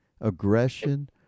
aggression